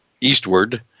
Eastward